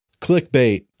clickbait